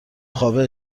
خوابه